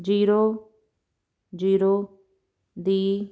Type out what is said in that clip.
zero zero the